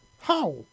How